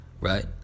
right